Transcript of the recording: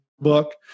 book